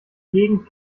gegend